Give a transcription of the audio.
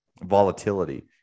volatility